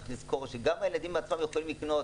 צריך לזכור שגם הילדים עצמם יכולים לקנות